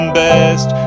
best